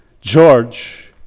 George